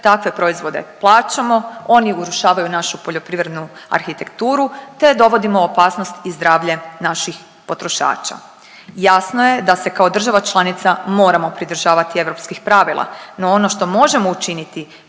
Takve proizvode plaćamo, oni urušavaju našu poljoprivrednu arhitekturu te dovodimo u opasnost i zdravlje naših potrošača. Jasno je da se kao država članica moramo pridržavati europskih pravila no ono što možemo učiniti